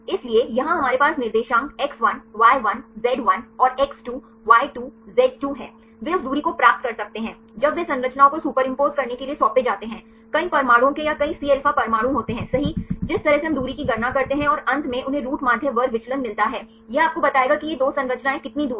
इसलिए यहाँ हमारे पास निर्देशांक X1 y1 z1 और x2 y2 z2 हैं वे उस दूरी को प्राप्त कर सकते हैं जब वे संरचनाओं को सुपरइंपोज़ करने के लिए सौंपे जाते हैं कई परमाणुओं के या कई Cα परमाणु होते हैंसही जिस तरह से हम दूरी की गणना करते हैं और अंत में उन्हें रूट माध्य वर्ग विचलन मिलता है यह आपको बताएगा कि ये 2 संरचनाएं कितनी दूर हैं